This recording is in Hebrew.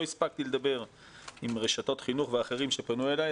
לא הספקתי לדבר עם רשתות חינוך ואחרים שפנו אלי,